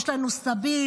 יש לנו סבים.